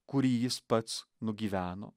kurį jis pats nugyveno